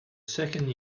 second